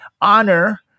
honor